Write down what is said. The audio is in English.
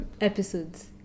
episodes